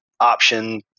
option